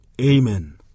Amen